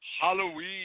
Halloween